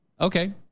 okay